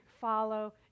follow